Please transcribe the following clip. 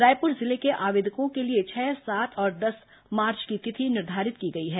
रायपुर जिले के आवेदकों के लिए छह सात और दस मार्च की तिथि निर्धारित की गई है